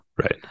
Right